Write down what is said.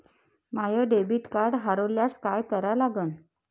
माय debit card हरोल्यास काय करा लागन?